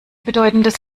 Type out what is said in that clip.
bedeutendes